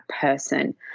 person